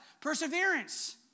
Perseverance